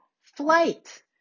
flight